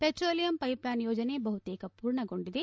petroleum pipeline ಯೋಜನೆ ಬಹುತೇಕ ಪೂರ್ಣಗೊಂಡಿದೆ